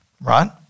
right